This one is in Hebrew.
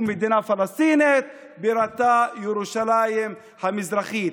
מדינה פלסטינית שבירתה ירושלים המזרחית.